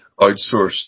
outsourced